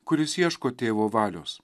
kuris ieško tėvo valios